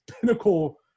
pinnacle